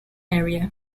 area